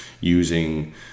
using